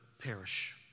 perish